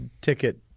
ticket